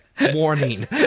Warning